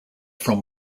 from